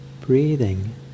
breathing